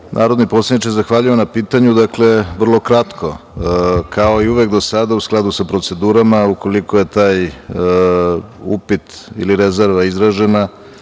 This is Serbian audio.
poslaniče, zahvaljujem na pitanju. Dakle, vrlo kratko. Kao i uvek do sada u skladu sa procedurama, ukoliko je taj upit ili rezerva izražena,